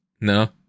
No